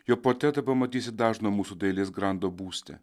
jo portretą pamatysi dažno mūsų dailės grando būste